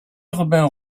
urbain